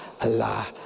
Allah